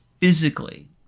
physically